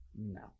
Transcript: No